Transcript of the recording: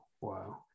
wow